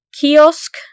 Kiosk